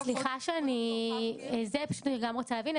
סליחה, אני גם רוצה להבין.